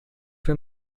für